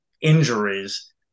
injuries